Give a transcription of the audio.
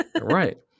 right